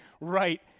right